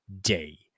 day